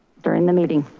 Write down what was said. during the meeting.